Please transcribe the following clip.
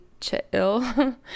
chill